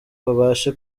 babashe